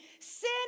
sin